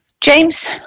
James